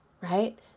right